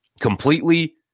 Completely